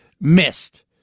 missed